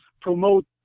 promote